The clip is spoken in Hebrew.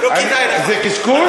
מה זה הקשקוש הזה?